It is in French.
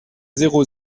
zéro